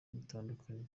bitandukanye